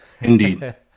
Indeed